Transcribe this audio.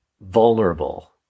vulnerable